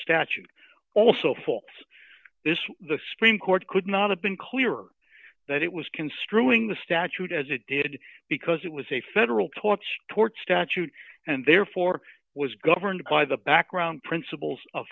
statute also faults this was the supreme court could not have been clearer that it was construing the statute as it did because it was a federal tort tort statute and therefore was governed by the background principles of